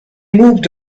moved